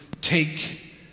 take